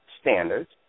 standards